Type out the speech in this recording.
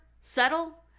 Settle